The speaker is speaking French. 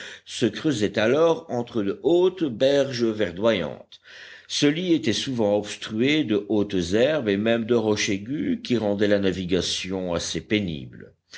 se creusait alors entre de hautes berges verdoyantes ce lit était souvent obstrué de hautes herbes et même de roches aiguës qui rendaient la navigation assez pénible